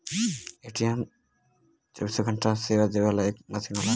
ATM चौबीस घंटा सेवा देवे वाला एक मसीन होला